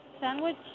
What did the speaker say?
Sandwich